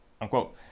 unquote